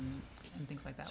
and things like that